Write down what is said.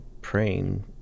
praying